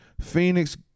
Phoenix